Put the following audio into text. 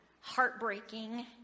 heartbreaking